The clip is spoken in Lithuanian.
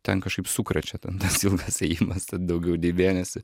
ten kažkaip sukrečia ten tas ilgas ėjimas ten daugiau nei mėnesį